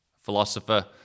philosopher